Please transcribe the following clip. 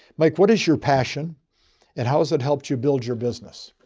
like what is your passion and how has it helped you build your business.